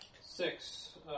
Six